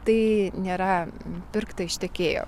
tai nėra pirkta iš tiekėjo